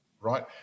right